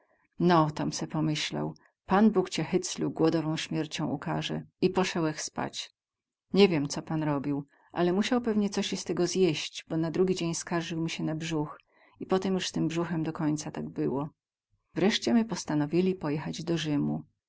no tom se pomyślał pan bóg cie hyclu głodową śmierzcią ukarze i posełech spać nie wiem co pan robił ale musiał pewnie cosi z tego zjeść bo na drugi dzień skarzył sie mi na brzuch i potem juz z tym brzuchem do końca tak było wreście my postanowili pojechać do rzymu